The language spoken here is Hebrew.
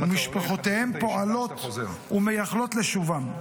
ומשפחותיהם פועלות ומייחלות לשובם.